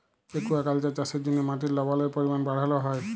aquaculture চাষের জ্যনহে মাটির লবলের পরিমাল বাড়হাল হ্যয়